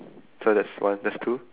so there's one there's two